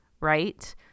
right